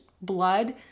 blood